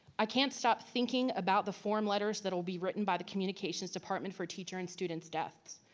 i can't stop thinking about the form letters that'll be written by the communications department for teacher and students deaths.